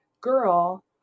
girl